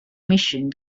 mission